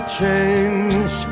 change